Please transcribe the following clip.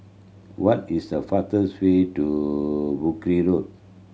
what is the fastest way to Brooke Road